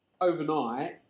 Overnight